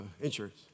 insurance